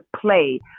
play